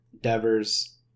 Devers